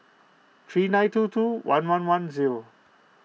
three nine two two one one one zero